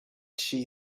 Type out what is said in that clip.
she